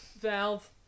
valve